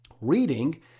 reading